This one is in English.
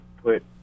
put